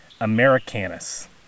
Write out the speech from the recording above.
americanus